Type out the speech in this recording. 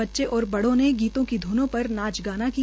बच्चों और बड़ो ने गीतों की ध्नों पर नाच गाना किया